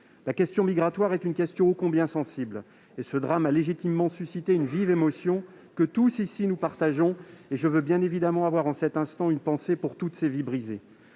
La question migratoire est une question ô combien sensible. Ce drame a légitimement suscité une vive émotion que, tous ici, nous partageons. Je veux avoir en cet instant une pensée pour toutes ces vies brisées.